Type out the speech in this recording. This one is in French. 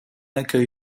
accueil